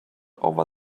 over